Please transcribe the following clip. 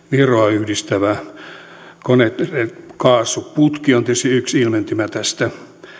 yhdistävä balticconnector kaasuputki on tietysti yksi ilmentymä tästä